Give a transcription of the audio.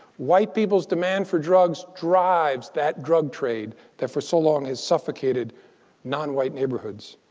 white people's demand for drugs drives that drug trade that for so long has suffocated nonwhite neighborhoods.